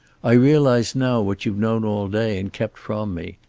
i realize now what you've known all day and kept from me.